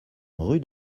rue